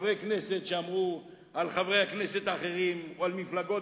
חברי כנסת שאמרו על חברי כנסת אחרים או על מפלגות